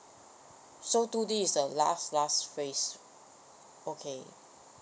so two D is the last last phrase okay